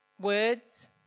words